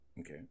Okay